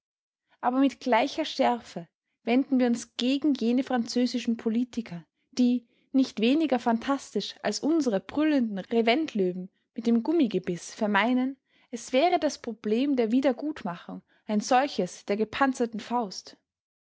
aber mit gleicher schärfe wenden wir uns gegen jene französischen politiker die nicht weniger phantastisch als unsere brüllenden reventlöwen mit dem gummigebiß vermeinen es wäre das problem der wiedergutmachung ein solches der gepanzerten faust